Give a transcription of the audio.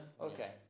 Okay